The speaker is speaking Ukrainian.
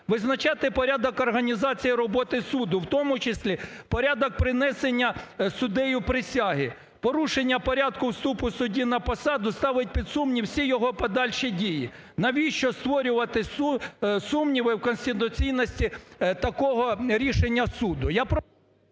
визначати порядок організації роботи суду, в тому числі, порядок принесення суддею присяги. Порушення порядку вступу судді на посаду ставить під сумнів всі його подальші дії. Навіщо створювати сумніви у конституційності такого рішення суду?